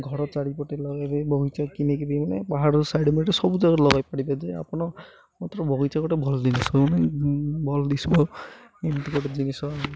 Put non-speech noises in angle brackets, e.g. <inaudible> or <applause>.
ଘର ଚାରିପଟେ ଲଗେଇବେ ବଗିଚା କିଣିକି ବି ମାନେ ପାହାଡ଼ ସାଇଡ଼୍ <unintelligible> ସବୁ ଜାଗାରେ ଲଗେଇ ପାରିବେ ଯେ ଆପଣ ମାତ୍ର ବଗିଚା ଗୋଟେ ଭଲ୍ ଜିନିଷ ମାନେ ଭଲ୍ ଦିଶିବ ଏମିତି ଗୋଟେ ଜିନିଷ